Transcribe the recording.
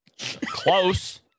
close